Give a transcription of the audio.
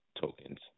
tokens